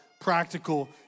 practical